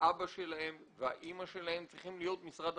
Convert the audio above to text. האבא והאמא שלהם צריכים להיות משרד החינוך.